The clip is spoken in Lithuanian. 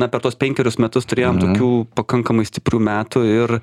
na per tuos penkerius metus turėjom tokių pakankamai stiprių metų ir